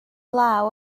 law